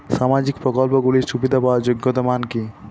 সামাজিক প্রকল্পগুলি সুবিধা পাওয়ার যোগ্যতা মান কি?